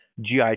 GI